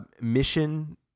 mission